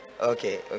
okay